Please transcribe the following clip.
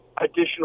additional